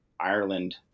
Ireland